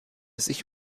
sich